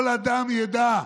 כל אדם ידע,